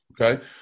okay